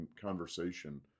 conversation